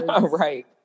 Right